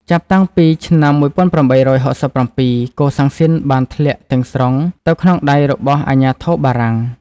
ចាប់តាំងពីឆ្នាំ ១៨៦៧ កូសាំងស៊ីនបានធ្លាក់ទាំងស្រុងទៅក្នុងដៃរបស់អាជ្ញាធរ បារាំង។